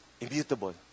Immutable